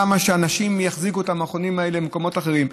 למה שאנשים יחזיקו את המכונים האלה במקומות אחרים?